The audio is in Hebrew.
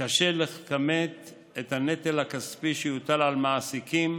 קשה לכמת את הנטל הכספי שיוטל על מעסיקים